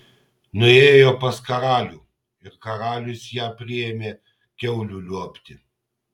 nuėjo pas karalių ir karalius ją priėmė kiaulių liuobti